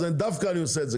אני עושה את זה דווקא,